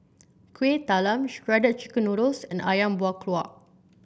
Kuih Talam Shredded Chicken Noodles and ayam Buah Keluak